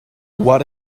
what